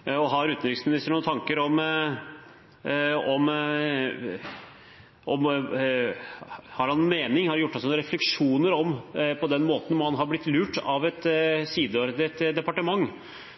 skulle. Har utenriksministeren gjort seg noen refleksjoner om den måten man har blitt lurt på av et sideordnet departement,